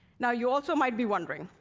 now, you also might be wondering,